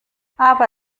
aber